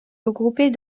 regroupée